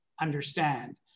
understand